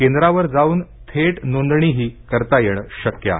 केंद्रावर जाऊन थेट नोंदणीही करता येण शक्य आहे